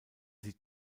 sie